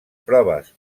proves